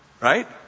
Right